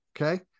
Okay